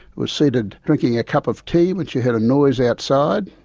was seated drinking a cup of tea when she heard a noise outside.